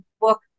book